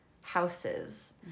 houses